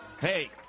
hey